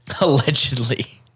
Allegedly